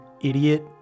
idiot